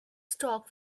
stock